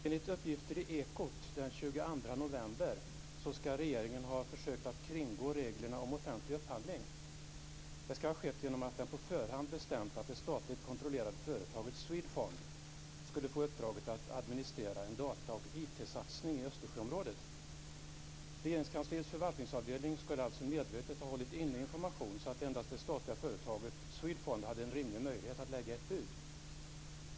Herr talman! Jag vill ställa en fråga till statsministern. Enligt uppgifter i Ekot den 22 november ska regeringen ha försökt kringgå reglerna om offentlig upphandling. Det ska ha skett genom att man på förhand bestämt att det statligt kontrollerade företaget Swedfund skulle få uppdraget att administrera en data och IT-satsning i Östersjöområdet. Regeringskansliets förvaltningsavdelning skulle alltså medvetet ha hållit inne information så att endast det statliga företaget Swedfund hade en rimlig möjlighet att lägga ett bud.